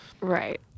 Right